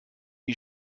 die